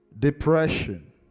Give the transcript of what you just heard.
Depression